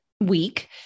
week